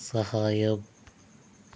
సహాయం